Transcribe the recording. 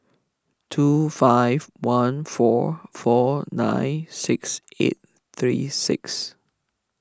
two five one four four nine six eight three six